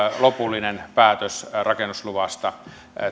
lopullinen päätös rakennusluvasta